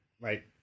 right